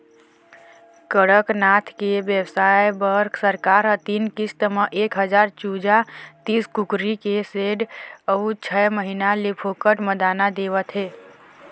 कड़कनाथ के बेवसाय बर सरकार ह तीन किस्त म एक हजार चूजा, तीस कुकरी के सेड अउ छय महीना ले फोकट म दाना देवत हे